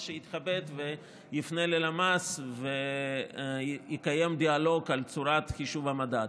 אז שיתכבד ויפנה ללמ"ס ויקיים דיאלוג על צורת חישוב המדד.